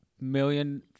million